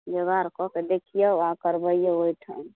जोगाड़ कऽ के देखियौ आ करबैयौ ओहिठाम